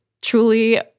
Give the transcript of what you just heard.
truly